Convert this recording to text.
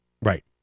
Right